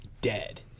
dead